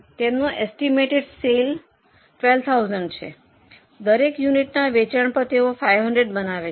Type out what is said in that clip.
તેમનો estimated sale 12000 છે દરેક યુનિટના વેચાણ પર તેઓ 500 બનાવે છે